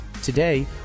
Today